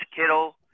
Kittle